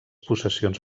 possessions